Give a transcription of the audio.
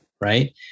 right